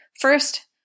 First